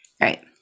Right